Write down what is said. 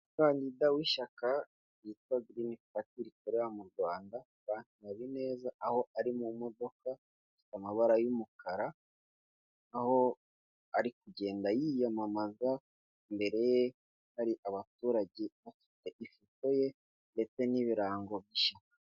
Abagabo babiri bambaye amasoti y'icyatsi kibisi yanditseho vuba bambaye kandi n'amakasike mu mutwe biragaragara neza cyane ko ari abamotari hanyuma kandi biragaragara ko akaboko kabo ko bafashe ku gikapu cy'icyatsi kibisi cyanditseho vuba, icyo gikapu giteretse kuri moto biragaragara cyane ko aribo bifashishwa, muku kujyana ibicuruzwa biba byaguzwe n'abaturage batandukanye babigeze aho bari.